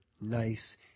nice